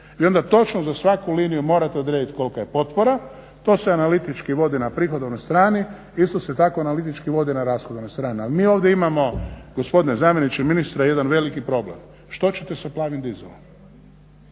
I onda točno za svaku liniju morate odrediti kolika je potpora. To se analitički vodi na prihodovnoj strani, isto se tako vodi na rashodovnoj strani. Ali mi ovdje imamo gospodine zamjeniče ministra jedan veliki problem, što ćete sa plavim dizelom.